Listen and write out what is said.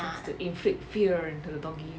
just to inflict fear into the doggy